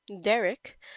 Derek